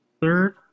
third